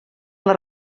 les